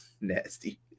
nasty